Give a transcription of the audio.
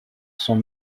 sont